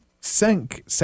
sink